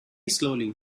slowly